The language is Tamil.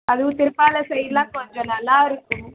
அதுவும் திருப்பாலை சைடுல்லாம் கொஞ்சம் நல்லாயிருக்கும்